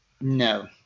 No